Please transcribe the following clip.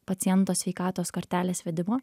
paciento sveikatos kortelės vedimo